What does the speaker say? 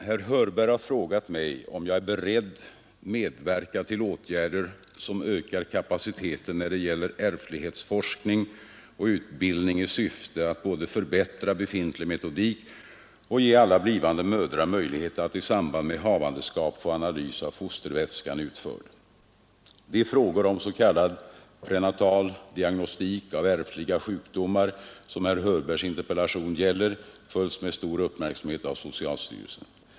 Herr Hörberg har frågat mig om jag är beredd medverka till åtgärder som ökar kapaciteten när det gäller ärftlighetsforskning och utbildning i syfte att både förbättra befintlig metodik och ge alla blivande mödrar möjlighet att i samband med havandeskap få analys av fostervätskan utförd De frågor om s.k. prenatal diagnostik av ärftliga sjukdomar, som herr Hörbergs interpellation gäller, följs med stor uppmärksamhet av socialstyrelsen.